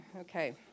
Okay